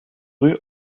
rue